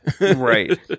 Right